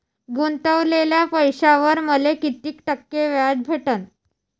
गुतवलेल्या पैशावर मले कितीक टक्के व्याज भेटन?